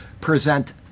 present